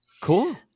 Cool